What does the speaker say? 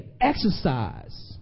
exercise